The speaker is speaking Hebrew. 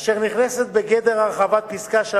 אשר נכנסת בגדר הרחבת פסקה (3)